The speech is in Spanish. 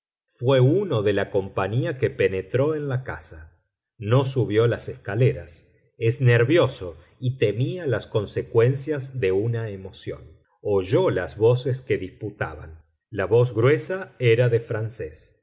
fué uno de la compañía que penetró en la casa no subió las escaleras es nervioso y temía las consecuencias de una emoción oyó las voces que disputaban la voz gruesa era de francés